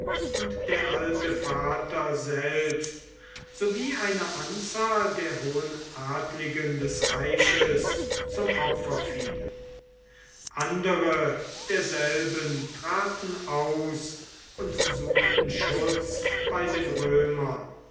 und der alte vater selbst so wie eine anzahl der hohen adligen des reiches zum opfer fielen andere derselben traten aus und suchten schutz bei den römern